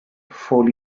fall